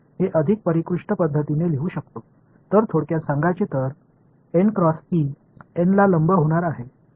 तर थोडक्यात सांगायचे तर n ला लंब होणार आहे